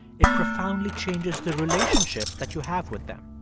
it profoundly changes the relationship that you have with them.